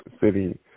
city